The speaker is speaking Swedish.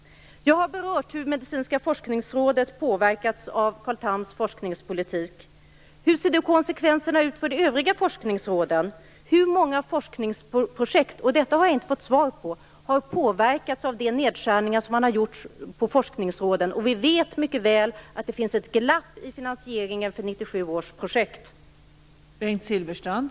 Jag har berört hur Medicinska forskningsrådet påverkats av Carl Thams forskningspolitik. Vilka är då konsekvenserna för de övriga forskningsråden? Hur många forskningsprojekt - här har jag inte fått något svar - har påverkats av de nedskärningar som gjorts beträffande forskningsråden? Vi vet mycket väl att det finns ett glapp i finansieringen för 1997 års projekt.